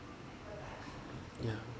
ya